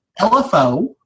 LFO